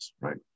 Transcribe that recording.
right